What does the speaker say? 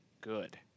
good